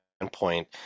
Point